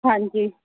ਹਾਂਜੀ